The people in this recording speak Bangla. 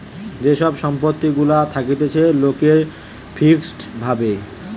যে সব সম্পত্তি গুলা থাকতিছে লোকের ফিক্সড ভাবে